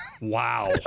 Wow